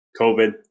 COVID